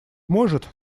может